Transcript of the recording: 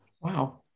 wow